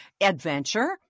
Adventure